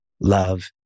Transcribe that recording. love